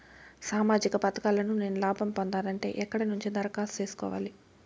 సామాజిక పథకాలను నేను లాభం పొందాలంటే ఎక్కడ నుంచి దరఖాస్తు సేసుకోవాలి?